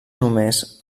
només